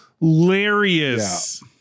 hilarious